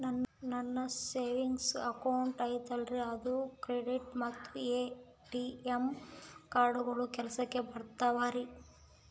ನನ್ನ savings account ಐತಲ್ರೇ ಅದು ಕ್ರೆಡಿಟ್ ಮತ್ತ ಎ.ಟಿ.ಎಂ ಕಾರ್ಡುಗಳು ಕೆಲಸಕ್ಕೆ ಬರುತ್ತಾವಲ್ರಿ?